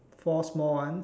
four small ones